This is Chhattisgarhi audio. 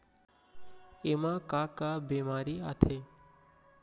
एमा का का बेमारी आथे?